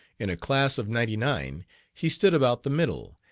in a class of ninety-nine he stood about the middle,